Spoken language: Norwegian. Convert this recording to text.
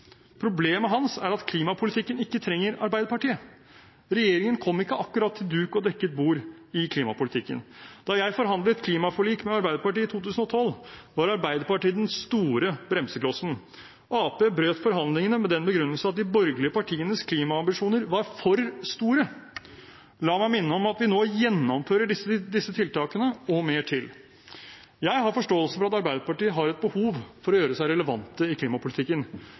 Problemet hans er at klimapolitikken ikke trenger Arbeiderpartiet. Regjeringen kom ikke akkurat til duk og dekket bord i klimapolitikken. Da jeg forhandlet klimaforlik med Arbeiderpartiet i 2012, var Arbeiderpartiet den store bremseklossen. Arbeiderpartiet brøt forhandlingene med den begrunnelsen at de borgerlige partienes klimaambisjoner var for store. La meg minne om at vi nå gjennomfører disse tiltakene og mer til. Jeg har forståelse for at Arbeiderpartiet har et behov for å gjøre seg relevante i klimapolitikken.